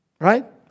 Right